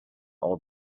all